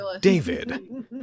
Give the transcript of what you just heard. David